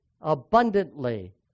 abundantly